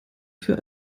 für